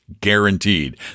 guaranteed